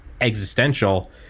existential